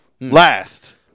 last